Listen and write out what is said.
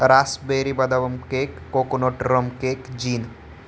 Raspberry बदाम cake coconut rum cake gene